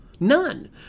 None